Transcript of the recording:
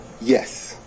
Yes